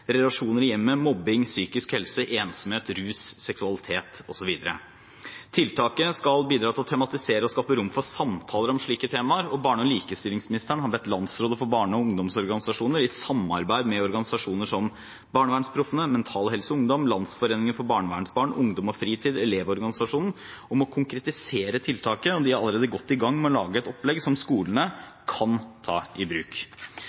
relasjoner i hjemmet, mobbing, psykisk helse, ensomhet, rus, seksualitet osv. Tiltaket skal bidra til å tematisere og skape et rom for samtaler om slike temaer. Barne- og likestillingsministeren har bedt Landsrådet for barne- og ungdomsorganisasjoner, i samarbeid med organisasjoner som Barnevernsproffene, Mental Helse Ungdom, Landsforeningen for barnevernsbarn, Ungdom og Fritid, Elevorganisasjonen, om å konkretisere tiltaket, og de er allerede godt i gang med å lage et opplegg som skolene kan ta i bruk.